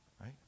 right